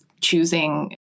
choosing